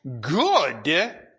good